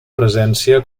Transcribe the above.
presència